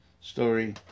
story